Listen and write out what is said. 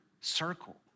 circle